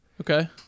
Okay